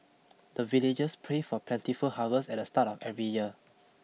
the villagers pray for plentiful harvest at the start of every year